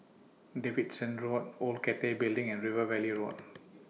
Davidson Road Old Cathay Building and River Valley Road